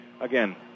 Again